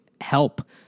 help